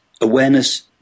awareness